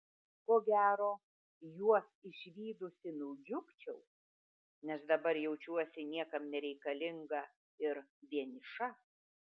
ko gero juos išvydusi nudžiugčiau nes dabar jaučiuosi niekam nereikalinga ir vieniša